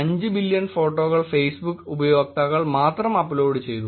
5 billion ഫോട്ടോകൾ Facebook ഉപയോക്താക്കൾ മാത്രം അപ്ലോഡ് ചെയ്തു